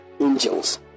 angels